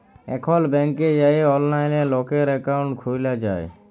এখল ব্যাংকে যাঁয়ে অললাইলে লকের একাউল্ট খ্যুলা যায়